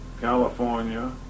California